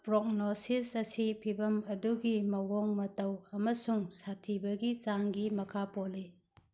prognosis ꯑꯁꯤ ꯐꯤꯕꯝ ꯑꯗꯨꯒꯤ ꯃꯑꯣꯡ ꯃꯇꯧ ꯑꯃꯁꯨꯡ ꯁꯥꯊꯤꯕꯒꯤ ꯆꯥꯡꯒꯤ ꯃꯈꯥ ꯄꯣꯜꯂꯤ